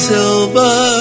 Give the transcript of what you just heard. Silver